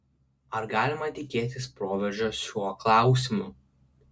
ar galima tikėtis proveržio šiuo klausimu